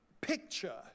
picture